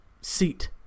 seat